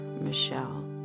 Michelle